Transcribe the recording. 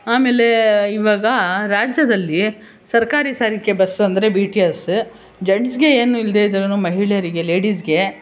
ಆಮೇಲೆ ಈವಾಗ ರಾಜ್ಯದಲ್ಲಿ ಸರ್ಕಾರಿ ಸಾರಿಗೆ ಬಸ್ಸು ಅಂದರೆ ಬಿ ಟಿ ಎಸ್ ಜೆಂಟ್ಸ್ಗೆ ಏನು ಇಲ್ಲದೇ ಇದ್ದರೇನು ಮಹಿಳೆಯರಿಗೆ ಲೇಡೀಸ್ಗೆ